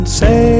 say